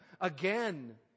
again